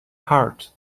hard